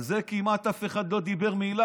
אבל על זה אף אחד כמעט שלא אמר מילה.